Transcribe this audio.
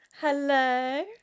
Hello